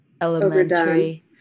elementary